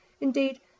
Indeed